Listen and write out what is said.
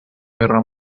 guerra